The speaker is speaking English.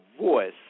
voice